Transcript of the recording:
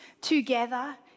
together